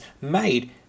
made